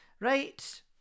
Right